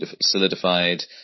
solidified